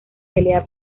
pelea